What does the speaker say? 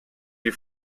die